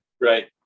Right